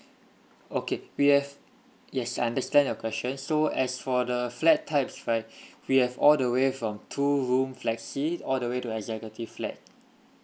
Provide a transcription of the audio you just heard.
okay we have yes I understand your question so as for the flat types right we have all the way from two room flexi all the way to executive flat